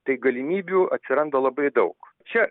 tai galimybių atsiranda labai daug čia